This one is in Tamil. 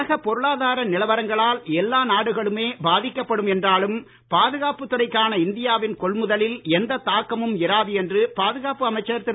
உலகப் பொருளாதார நிலவரங்களால் எல்லா நாடுகளுமே பாதிக்கப் படும் என்றாலும் பாதுகாப்புத் துறைக்கான இந்தியா வின் கொள்முதலில் எந்தத் தாக்கமும் இராது என்று பாதுகாப்பு அமைச்சர் திரு